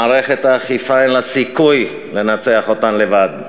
מערכת האכיפה, אין לה סיכוי לנצח אותן לבד.